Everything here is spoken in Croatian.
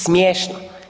Smiješno.